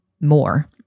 more